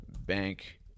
Bank